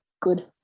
good